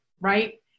right